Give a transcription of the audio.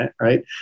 right